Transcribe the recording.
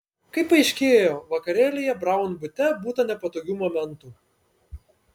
kaip paaiškėjo vakarėlyje braun bute būta nepatogių momentų